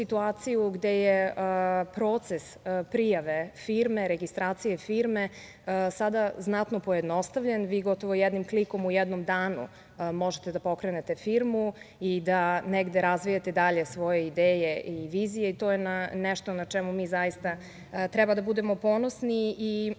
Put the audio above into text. gde je proces registracije firme sada znatno pojednostavljen. Vi gotovo jednim klikom u jednom danu možete da pokrenete firmu i da negde razvijate dalje svoje ideje i vizije. To je nešto na čemu mi zaista treba da budemo ponosni i možemo